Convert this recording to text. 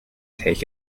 take